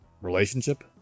relationship